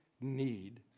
need